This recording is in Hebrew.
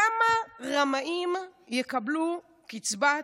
"כמה רמאים יקבלו קצבת